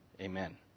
Amen